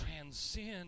transcend